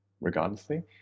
regardlessly